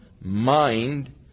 mind